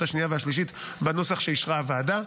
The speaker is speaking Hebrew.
השנייה והשלישית בנוסח שאישרה הוועדה.